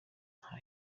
nta